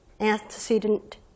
antecedent